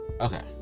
Okay